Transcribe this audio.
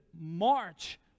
March